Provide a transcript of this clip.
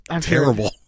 terrible